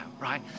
right